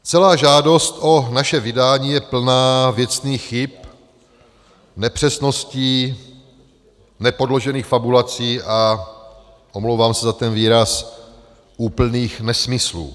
Celá žádost o naše vydání je plná věcných chyb, nepřesností, nepodložených fabulací a omlouvám se za ten výraz úplných nesmyslů.